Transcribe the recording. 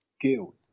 guilt